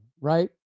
right